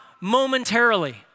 momentarily